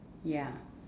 ya